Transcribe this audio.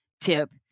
tip